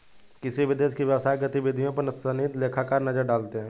किसी भी देश की व्यवसायिक गतिविधियों पर सनदी लेखाकार नजर रखते हैं